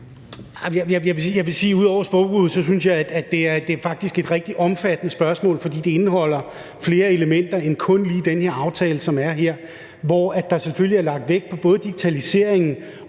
ud over sprogbrugen synes jeg, at det faktisk er et rigtig omfattende spørgsmål, fordi det indeholder flere elementer end kun lige den her aftale, som er her, hvor der selvfølgelig er lagt vægt på både digitaliseringen